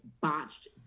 botched